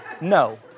No